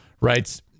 writes